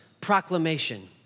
proclamation